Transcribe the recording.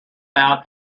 out